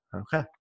Okay